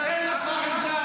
אין לך עמדה.